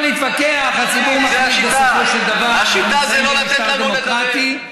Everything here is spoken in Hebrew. אל תחליף את, לא מתאים לך, החליפה.